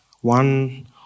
one